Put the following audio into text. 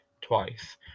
twice